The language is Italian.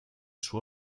suo